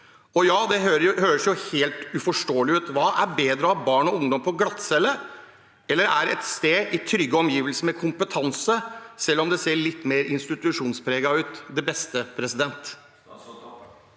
Det høres jo helt uforståelig ut. Er det bedre å ha barn og unge på glattcelle, eller er et sted i trygge omgivelser med kompetanse, selv om det ser litt mer institusjonspreget ut, det beste? Statsråd